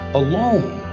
alone